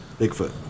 bigfoot